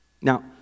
Now